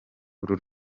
uru